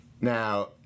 Now